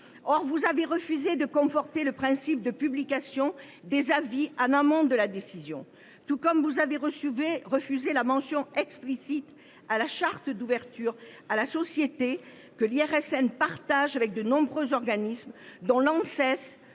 Or vous avez refusé de conforter le principe de publication des avis en amont de la décision, tout comme vous avez refusé la mention explicite de la charte d’ouverture à la société, que l’IRSN partage avec de nombreux organismes, dont l’Agence